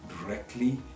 directly